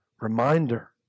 reminder